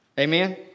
Amen